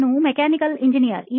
ನಾನು mechanical engineer